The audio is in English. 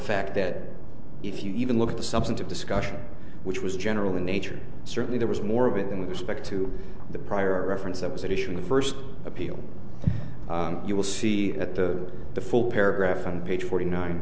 fact that if you even look at the substantive discussion which was general in nature certainly there was more of it in respect to the prior reference that was at issue in the first appeal you will see that the the full paragraph on page forty nine